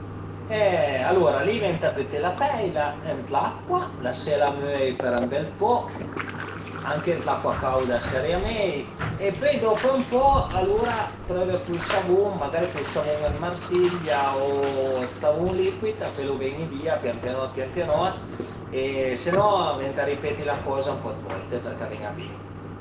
Alura li venta büté la peila ën l'acua, lasela a mol për ën bel po, anche ën l'acua cauda a sarìa mei e pöi dop ën po alura pröve cun ël savun, magari cun ël savun dë Marsiglia o savun liquid a felu ven-i via pian pianot pian pianot e se no venta ripeti la coza ën po dë volte përché a ven-a bin